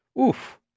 Oof